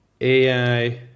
AI